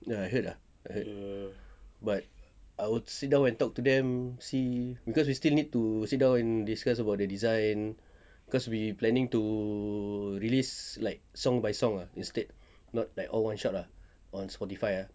ya I heard ah I heard but I will sit down and talk to them see cause we still need to sit down and discuss about the design cause we planning to release like song by song ah instead not like all one shot ah on spotify ah